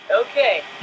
Okay